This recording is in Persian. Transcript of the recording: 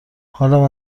حالم